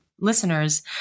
listeners